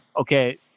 okay